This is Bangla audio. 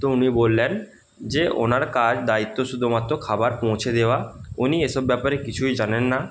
তো উনি বললেন যে ওনার কাজ দায়িত্ব শুধুমাত্র খাবার পৌঁছে দেওয়া উনি এসব ব্যাপারে কিছুই জানেন না